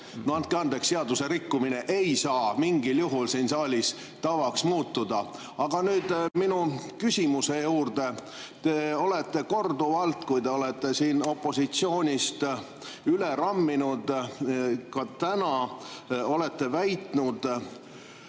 No andke andeks, seaduse rikkumine ei saa mingil juhul siin saalis tavaks muutuda. Aga nüüd minu küsimuse juurde. Te olete korduvalt siin opositsioonist üle rammides, ka täna, väitnud